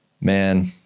man